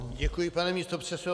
Děkuji, pane místopředsedo.